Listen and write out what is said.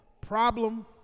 Problem